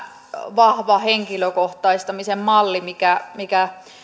vahva henkilökohtaistamisen malli mikä mikä